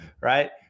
right